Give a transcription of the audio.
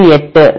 8 0